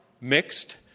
mixed